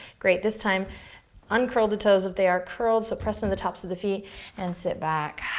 great, this time uncurl the toes if they are curled. so press into the tops of the feet and sit back.